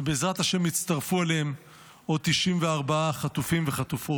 ובעזרת השם, יצטרפו אליהן עוד 94 חטופים וחטופות.